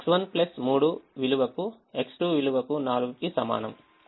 X1 3 విలువకు X2 విలువకు 4 కి సమానం ఇది 17